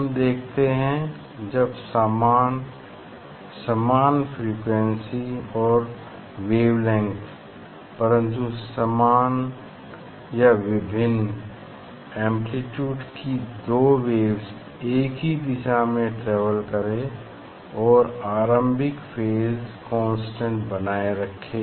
हम देखते हैं जब समान फ्रीक्वेंसी और वेवलेंग्थ परन्तु समान या वीफिंन एम्प्लीट्यूड की दो वेव्स एक ही दिशा में ट्रेवल करे और आरंभिक फेज कांस्टेंट बनाए रखे